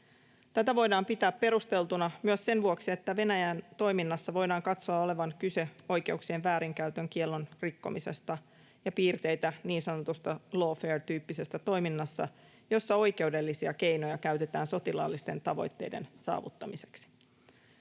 Tätä voidaan pitää perusteltuna myös sen vuoksi, että Venäjän toiminnassa voidaan katsoa olevan kyse oikeuksien väärinkäytön kiellon rikkomisesta ja piirteitä niin sanotusta lawfare-tyyppisestä toiminnasta, jossa oikeudellisia keinoja käytetään sotilaallisten tavoitteiden saavuttamiseksi.